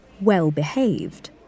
well-behaved